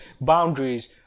boundaries